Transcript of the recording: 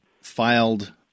filed